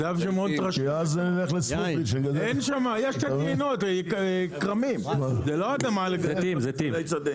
יש קצת יינות, כרמים, זאת לא אדמה לגידולי שדה.